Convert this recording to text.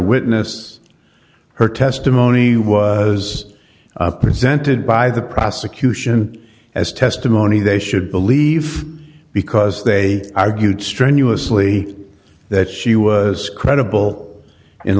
witness her testimony was presented by the prosecution as testimony they should believe because they argued strenuously that she was credible in